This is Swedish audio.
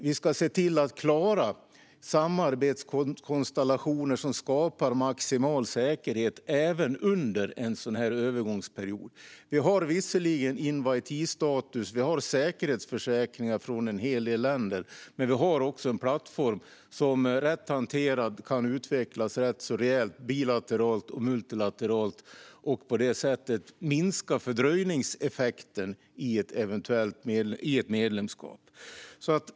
Vi ska se till att klara samarbetskonstellationer som skapar maximal säkerhet även under en sådan här övergångsperiod. Vi har visserligen inviteestatus, och vi har säkerhetsförsäkringar från en hel del länder. Men vi har också en plattform som rätt hanterad kan utvecklas rätt rejält både bilateralt och multilateralt och på det sättet minska fördröjningseffekten i ett medlemskap.